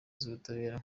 z’ubutabera